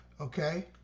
Okay